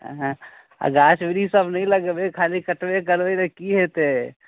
आ गाछ बृक्ष सभ नहि लगेबै खाली कटबे करबै तऽ की हेतै